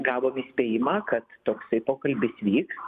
gavom įspėjimą kad toksai pokalbis vyks